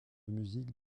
musique